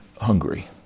hungry